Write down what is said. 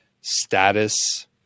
status